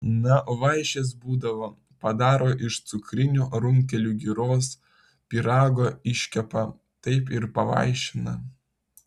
na vaišės būdavo padaro iš cukrinių runkelių giros pyrago iškepa taip ir pavaišina